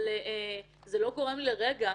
אבל זה לא גורם לי לרגע